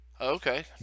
okay